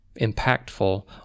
impactful